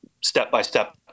step-by-step